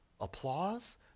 applause